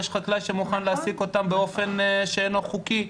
יש חקלאי שמוכן להעסיק אותו באופן לא חוקי.